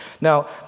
Now